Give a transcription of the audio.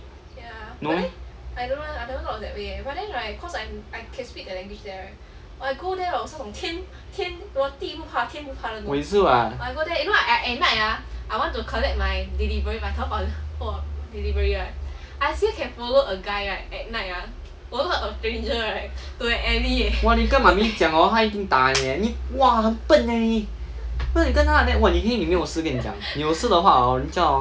no meh 我也是 what !wah! 你跟 mummy 讲 hor 他一定打你 !wah! 你很笨 eh 你为什么你跟他 like that !wah! 你 heng 你没有事我跟你讲有事的话人叫 hor